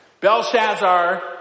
Belshazzar